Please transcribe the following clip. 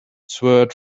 sword